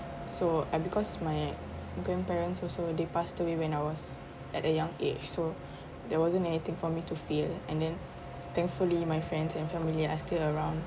so uh because my grandparents also they passed away when I was at a young age so there wasn't anything for me to feel and then thankfully my friends and family are still around